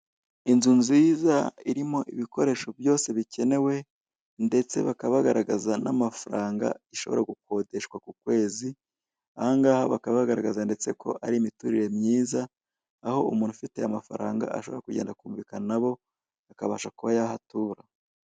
Inzu nziza irimo ibikoresho byose bikenewe ndetse bakaba bagaragaza n'amafaranga ishobora gukodeshwa ku kwezi, ahangaha bakaba bagaragaza ndetse ko ari imiturire myiza aho umuntu afite amafaranga ashobora kugenda akumvikana nabo akabasha kuba yahatura.